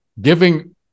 giving